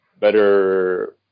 better